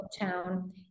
town